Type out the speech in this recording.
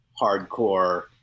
hardcore